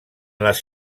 les